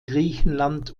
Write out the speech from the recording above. griechenland